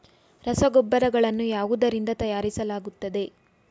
ರಸಗೊಬ್ಬರಗಳನ್ನು ಯಾವುದರಿಂದ ತಯಾರಿಸಲಾಗುತ್ತದೆ?